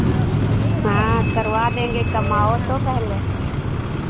हाँ करवा देंगे कम आओ तो पहले